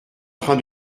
train